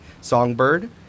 songbird